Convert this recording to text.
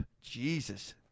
Jesus